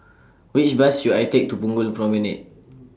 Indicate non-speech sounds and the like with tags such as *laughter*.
Which Bus should I Take to Punggol Promenade *noise*